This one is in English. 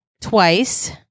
twice